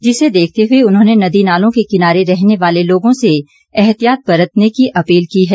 जिसे देखते हुए उन्होंने नदी नालों के किनारे रहने वाले लोगों से एहतियात बरतने की अपील की है